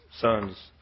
son's